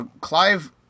Clive